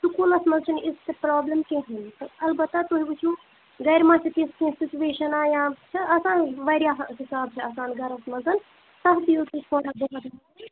سکوٗلس منٛز چھِنہٕ یِژھ تہِ پرٛابلِم کہیٖنۍ البتہ تُہۍ وٕچھِو گرِ ما چھِ تِژھ کینٛہہ سُچویشنہ یا چھِ آسان واریاہ حِساب چھِ آسان گرس منٛز تَتھ دِیِو تُہۍ تھوڑا بہت